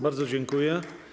Bardzo dziękuję.